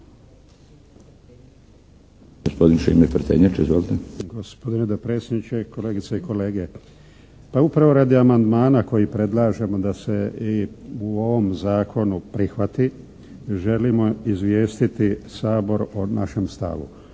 Gospodine dopredsjedniče, kolegice i kolege. Pa upravo radi amandmana koji predlažemo da se i u ovom zakonu prihvati želimo izvijestiti Sabor o našem stavu.